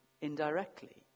indirectly